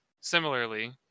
similarly